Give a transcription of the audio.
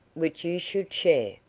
which you should share.